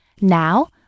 now